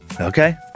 Okay